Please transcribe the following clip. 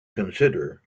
consider